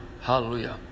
Hallelujah